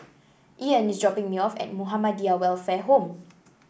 Ian is dropping me off at Muhammadiyah Welfare Home